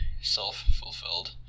self-fulfilled